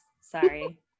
Sorry